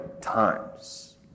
times